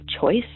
choice